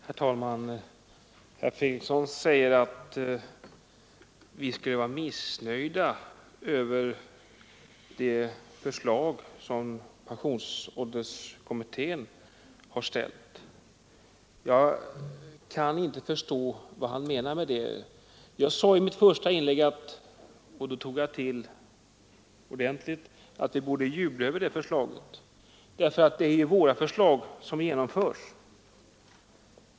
Herr talman! Herr Fredriksson säger att vi skulle vara missnöjda över de förslag som pensionsålderskommittén har ställt. Jag kan inte förstå vad han menar. Jag sade i mitt första inlägg — och då tog jag till ordentligt — att vi borde jubla över det förslaget, för det är ju våra förslag som genomförs.